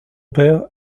père